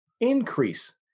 increase